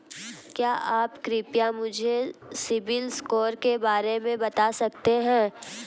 क्या आप कृपया मुझे सिबिल स्कोर के बारे में बता सकते हैं?